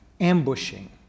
ambushing